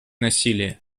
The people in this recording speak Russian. насилие